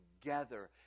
together